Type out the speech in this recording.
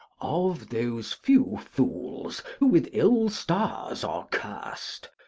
of those few fools, who with ill stars are curst,